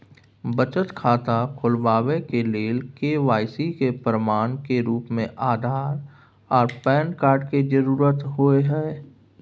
बचत खाता खोलाबय के लेल के.वाइ.सी के प्रमाण के रूप में आधार आर पैन कार्ड के जरुरत होय हय